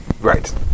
Right